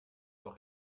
doch